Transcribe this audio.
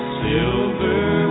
silver